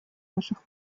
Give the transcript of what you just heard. наших